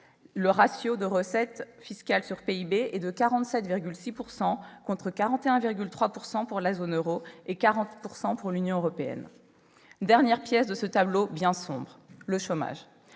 Le ratio recettes fiscales/PIB est de 47,6 %, contre 41,3 % pour la zone euro et 40 % pour l'Union européenne. Dernière pièce de ce tableau bien sombre : le chômage.